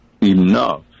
enough